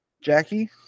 Jackie